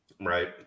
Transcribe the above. Right